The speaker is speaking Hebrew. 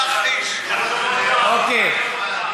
אוקיי.